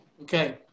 Okay